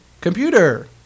computer